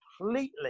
completely